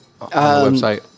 website